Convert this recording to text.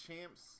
champs